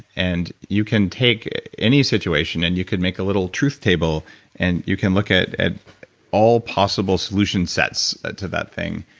and you can take any situation and then you could make a little truth table and you can look at at all possible solution sets to that thing,